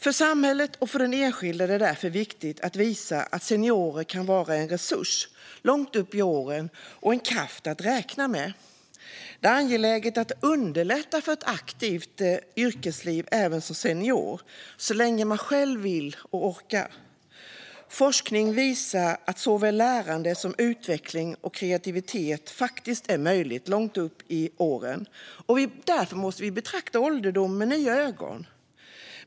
För samhället och för den enskilde är det därför viktigt att visa att seniorer kan vara en resurs långt upp i åren och en kraft att räkna med. Det är angeläget att underlätta för ett aktivt yrkesliv även som senior, så länge man själv vill och orkar. Forskning visar att såväl lärande som utveckling och kreativitet faktiskt är möjligt långt upp i åren. Därför måste vi betrakta ålderdom med nya ögon.